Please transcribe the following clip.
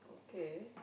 okay